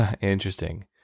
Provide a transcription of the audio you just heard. Interesting